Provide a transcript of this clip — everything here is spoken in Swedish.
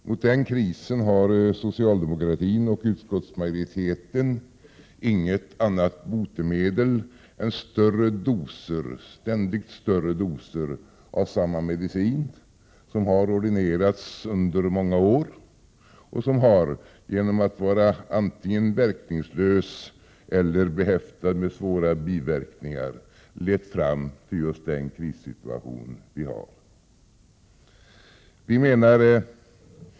Mot den krisen har socialdemokratin och utskottsmajoriteten inget annat botemedel än ständigt större doser av samma medicin som har ordinerats under många år och som genom att vara antingen verkningslös eller behäftad med svåra biverkningar har lett fram till just den krissituation vi har i dag.